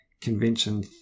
convention